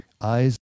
eyes